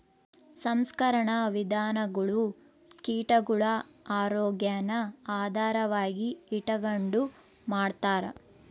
ಸಂಸ್ಕರಣಾ ವಿಧಾನಗುಳು ಕೀಟಗುಳ ಆರೋಗ್ಯಾನ ಆಧಾರವಾಗಿ ಇಟಗಂಡು ಮಾಡ್ತಾರ